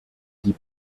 die